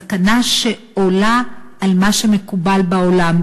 סכנה שעולה על מה שמקובל בעולם,